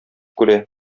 күрә